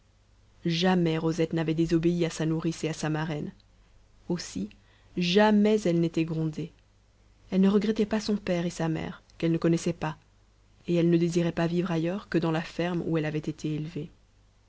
jamais rosette n'avait désobéi à sa nourrice et à sa marraine aussi jamais elle n'était grondée elle ne regrettait pas son père et sa mère qu'elle ne connaissait pas et elle ne désirait pas vivre ailleurs que dans la ferme où elle avait été élevée